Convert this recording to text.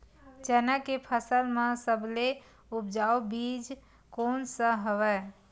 चना के फसल म सबले उपजाऊ बीज कोन स हवय?